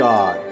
God